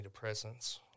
antidepressants